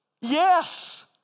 Yes